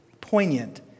poignant